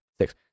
six